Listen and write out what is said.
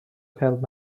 help